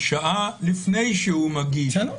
להרשעה לפני שהוא מגיש את כתב האישום.